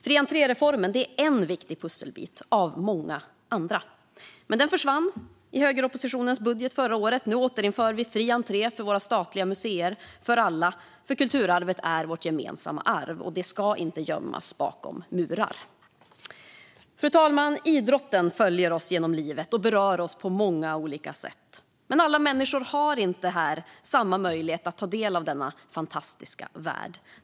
Fri-entré-reformen är en viktig pusselbit av många andra. Den försvann dock i högeroppositionens budget förra året. Nu återinför vi fri entré till våra statliga museer för alla. Kulturarvet är vårt gemensamma arv, och det ska inte gömmas bakom murar. Fru talman! Idrotten följer oss genom livet och berör oss på många olika sätt. Alla människor har dock inte samma möjlighet att ta del av denna fantastiska värld.